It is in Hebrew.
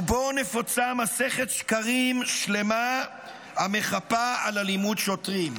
ובו נפוצה מסכת שקרים שלמה המחפה על אלימות שוטרים.